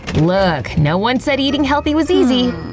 look, no one said eating healthy was easy.